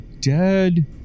dead